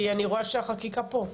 כי אני רואה שהחקיקה פה,